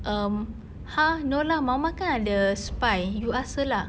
um !huh! no lah mama kan ada spy you ask her lah